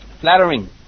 flattering